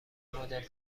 مدل